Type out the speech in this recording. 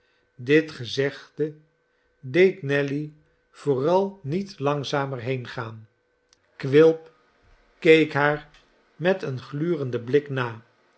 dit gezegde deed nelly vooral niet langzamer heengaan quilp keek haar met een glurenden blik na